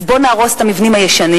אז בואו נהרוס את המבנים הישנים,